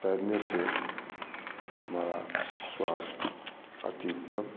तैरने से हमारा स्वास्थ्य अति उत्तम